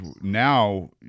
now